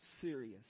serious